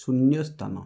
ଶୂନ୍ୟସ୍ଥାନ